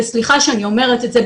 וסליחה שאני אומרת את זה,